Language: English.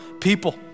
people